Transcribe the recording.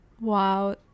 wow